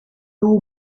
two